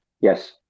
Yes